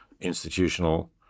institutional